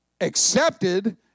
accepted